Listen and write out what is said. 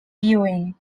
viewing